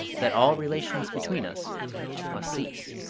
that all relations between us must cease.